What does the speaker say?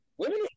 Women